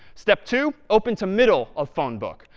step two, open to middle of phone book.